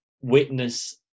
witness